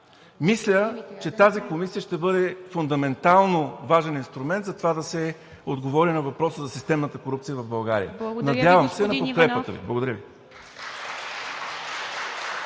Мисля, че тази комисия ще бъде фундаментално важен инструмент за това да се отговори на въпроса за системната корупция в България. Надявам се на подкрепата Ви. Благодаря.